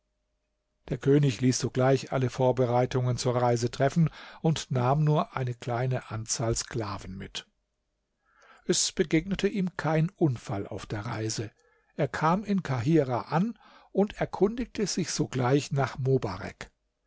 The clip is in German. der könig ließ sogleich alle vorbereitungen zur reise treffen und nahm nur eine kleine anzahl sklaven mit es begegnete ihm kein unfall auf der reise er kam in kahirah an und erkundigte sich sogleich nach mobarek